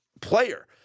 player